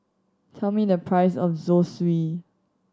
tell me the price of Zosui